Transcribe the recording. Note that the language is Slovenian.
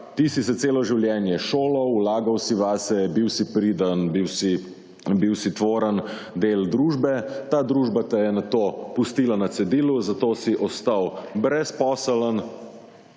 ti si se celo življenje šolal, vlagal si vase, bil si priden, bil si tvoren del družbe. Ta družba te je nato pustila na cedilu, zato si ostal brezposeln,